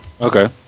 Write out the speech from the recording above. Okay